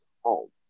home